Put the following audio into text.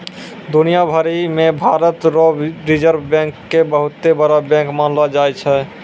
दुनिया भरी मे भारत रो रिजर्ब बैंक के बहुते बड़ो बैंक मानलो जाय छै